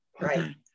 Right